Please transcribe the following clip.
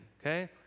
okay